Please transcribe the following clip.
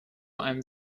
einem